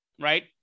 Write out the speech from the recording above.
right